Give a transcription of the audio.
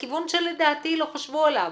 זה כיוון שלדעתי לא חשבו עליו,